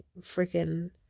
freaking